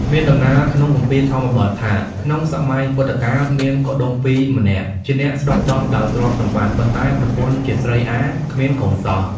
មានដំណាលក្នុងគម្ពីរធម្មបទថា ក្នុងសម័យពុទ្ធកាល មានកុដុម្ពីក៍ម្នាក់ ជាអ្នកស្តុកស្តម្ភដោយទ្រព្យសម្បត្តិ ប៉ុន្តែ ប្រពន្ធជាស្រីអារ គ្មានកូនសោះ។